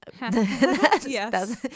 yes